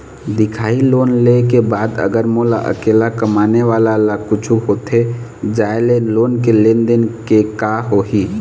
दिखाही लोन ले के बाद अगर मोला अकेला कमाने वाला ला कुछू होथे जाय ले लोन के लेनदेन के का होही?